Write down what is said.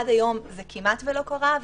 עד היום זה כמעט שלא קרה,